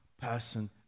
person